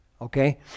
Okay